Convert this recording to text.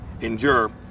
endure